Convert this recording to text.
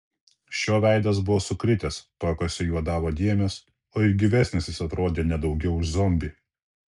šio veidas buvo sukritęs paakiuose juodavo dėmės o ir gyvesnis jis atrodė ne daugiau už zombį